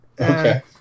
okay